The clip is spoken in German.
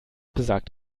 besagt